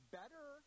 better